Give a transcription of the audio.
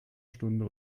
stunde